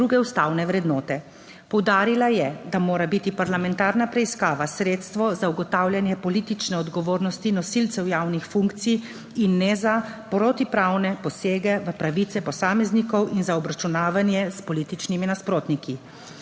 druge ustavne vrednote. Poudarila je, da mora biti parlamentarna preiskava sredstvo za ugotavljanje politične odgovornosti nosilcev javnih funkcij in ne za protipravne posege v pravice posameznikov in za obračunavanje s političnimi nasprotniki.